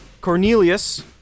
Cornelius